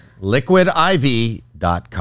liquidiv.com